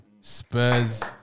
Spurs